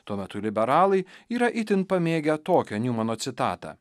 tuo metu liberalai yra itin pamėgę tokią niumano citatą